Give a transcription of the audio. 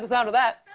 the sound of that.